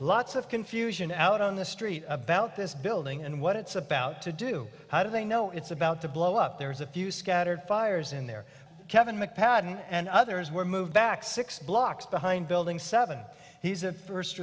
lots of confusion out on the street about this building and what it's about to do how do they know it's about to blow up there's a few scattered fires in there kevin mcadams and others were moved back six blocks behind building seven he's a first